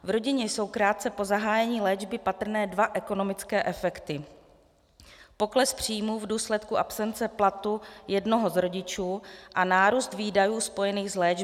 V rodině jsou krátce po zahájení léčby patrné dva ekonomické efekty pokles příjmů v důsledku absence platu jednoho z rodičů a nárůst výdajů spojených s léčbou.